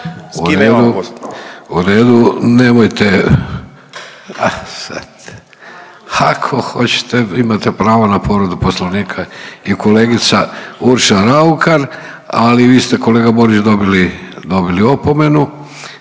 u redu. Nemojte, a sad. Ako hoćete, imate pravo na povredu Poslovnika i kolegica Urša Raukar, ali vi ste, kolega Borić dobili, dobili